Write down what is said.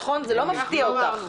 נכון, זה לא מפתיע אותך.